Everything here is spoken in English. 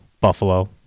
Buffalo